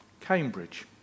Cambridge